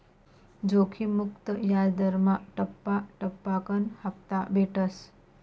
जोखिम मुक्त याजदरमा टप्पा टप्पाकन हापता भेटस